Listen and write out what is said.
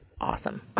awesome